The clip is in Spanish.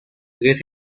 tres